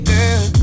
Girl